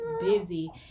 busy